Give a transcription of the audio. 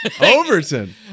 Overton